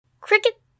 Cricket